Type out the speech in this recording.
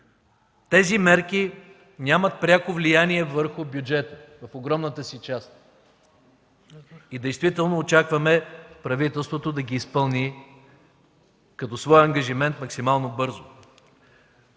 Тези мерки нямат пряко влияние върху бюджета в огромната си част. Действително очакваме правителството да ги изпълни като свой ангажимент максимално бързо.